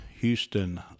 Houston